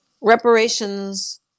reparations